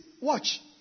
watch